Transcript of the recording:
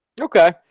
Okay